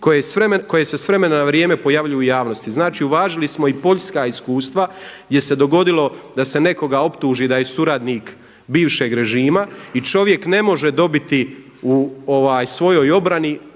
koje se s vremena na vrijeme pojavljuju u javnosti. Znači uvažili smo i poljska iskustva gdje se dogodilo da se nekoga optuži da je suradnik bivšeg režima i čovjek ne može dobiti u svojoj obrani